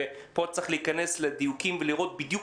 ופה צריך להיכנס לדיוקים ולראות בדיוק